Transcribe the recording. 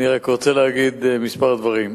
אני רק רוצה להגיד כמה דברים.